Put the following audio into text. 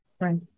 Right